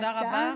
תודה רבה,